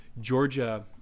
Georgia